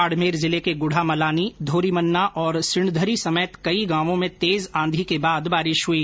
बाड़मेर जिले के गुढामलानी धोरीमन्ना और सिणधरी समेत कई गांवों में तेज आंधी के बाद बारिश हुई